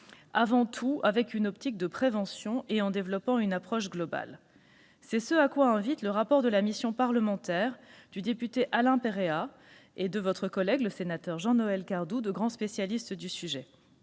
avant tout de prévenir et de développer une approche globale, ce à quoi invite le rapport de la mission parlementaire du député Alain Perea et de votre collègue Jean-Noël Cardoux, deux grands spécialistes du sujet.